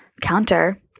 counter